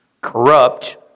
corrupt